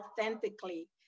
authentically